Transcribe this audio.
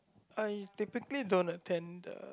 I typically don't attend the